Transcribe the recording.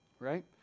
right